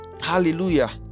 Hallelujah